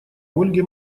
ольге